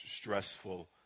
stressful